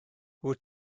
wyt